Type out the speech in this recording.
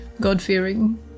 God-fearing